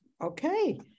Okay